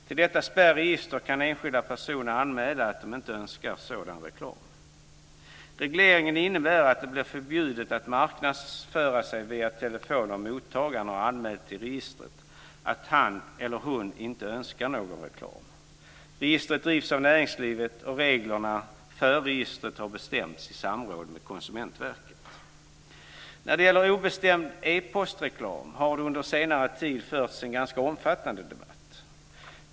Till detta spärregister kan enskilda personer anmäla att de inte önskar sådan reklam. Regleringen innebär att det blir förbjudet att marknadsföra sig via telefon om mottagaren har anmält till registret att han eller hon inte önskar någon reklam. Registret drivs av näringslivet, och reglerna för registret har bestämts i samråd med Konsumentverket. När det gäller obeställd e-postreklam har det under senare tid förts en ganska omfattande debatt.